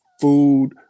food